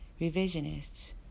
revisionists